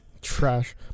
trash